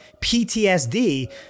PTSD